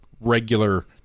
regular